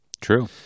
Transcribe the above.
True